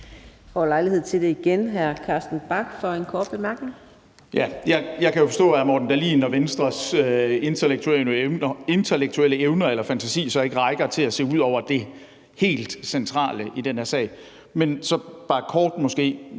Du får lejlighed til det igen. Så er det hr. Carsten Bach for en kort bemærkning. Kl. 18:45 Carsten Bach (LA): Jeg kan jo forstå, at hr. Morten Dahlin og Venstres intellektuelle evner eller fantasi så ikke rækker til at se ud over det helt centrale i den her sag. Men så vil jeg måske